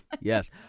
yes